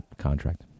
contract